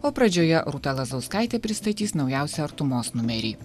o pradžioje rūta lazauskaitė pristatys naujausią artumos numerį